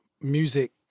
Music